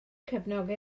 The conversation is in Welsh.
cefnogi